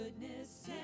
goodness